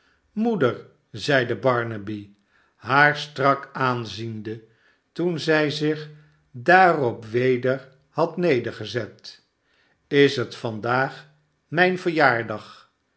moeder zeide barnaby haar strak aanziende toen zij zich daarop weder had nedergezet is het vandaag mijn verjaardag